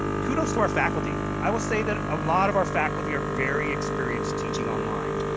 kudos to our faculty. i will say that a lot of our faculty are very experienced teaching online.